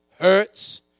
hurts